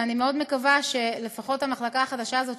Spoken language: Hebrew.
ואני מאוד מקווה שלפחות המחלקה החדשה הזאת